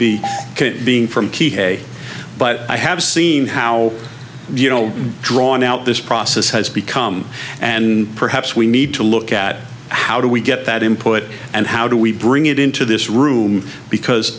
be being from key hay but i have seen how you know drawn out this process has become and perhaps we need to look at how do we get that in put and how do we bring it into this room because